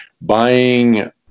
buying